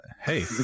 Hey